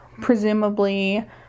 presumably